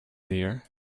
dear